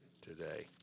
today